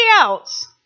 else